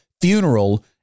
funeral